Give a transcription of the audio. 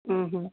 ଉଁ ହୁଁ